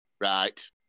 Right